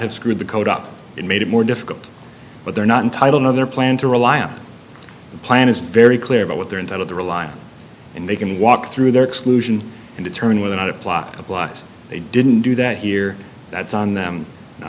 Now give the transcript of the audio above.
have screwed the code up and made it more difficult but they're not entitle no other plan to rely on the plan is very clear about what their intent of the reliance and they can walk through their exclusion and determine whether or not a plot applies they didn't do that here that's on them